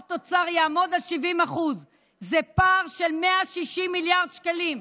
שהחוב תוצר יעמוד על 70%. זה פער של 160 מיליארד שקלים,